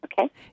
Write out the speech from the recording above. Okay